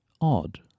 Odd